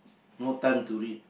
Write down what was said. no time to read